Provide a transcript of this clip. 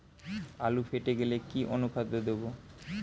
আলু ফেটে গেলে কি অনুখাদ্য দেবো?